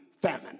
famine